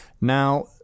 Now